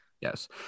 yes